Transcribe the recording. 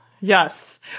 Yes